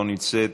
לא נמצאת,